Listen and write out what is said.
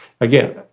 Again